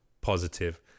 positive